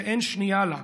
שאין שנייה לה,